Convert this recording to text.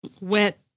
wet